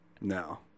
No